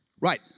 Right